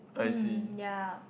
um yea